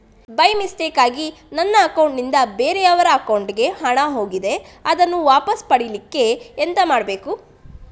By ಮಿಸ್ಟೇಕಾಗಿ ನನ್ನ account ನಿಂದ ಬೇರೆಯವರ ಅಕೌಂಟ್ ಗೆ ಹಣ ಹೋಗಿದೆ ಅದನ್ನು ವಾಪಸ್ ಪಡಿಲಿಕ್ಕೆ ಎಂತ ಮಾಡಬೇಕು?